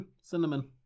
cinnamon